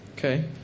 Okay